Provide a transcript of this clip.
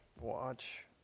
watch